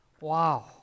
Wow